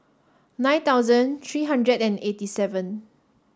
nine thousand three hundred and eighty seven